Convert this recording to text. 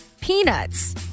peanuts